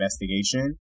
investigation